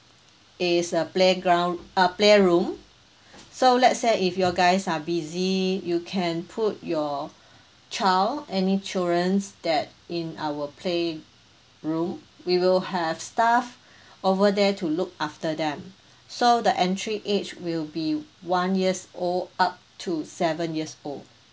is a playground uh playroom so let's say if you're guys are busy you can put your child any children that in our playroom we will have staff over there to look after them so the entry age will be one year old up to seven years old